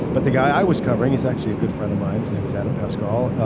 but the guy i was covering is actually a good friend of mine. his name is adam pascal.